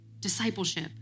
discipleship